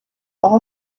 all